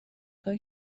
کار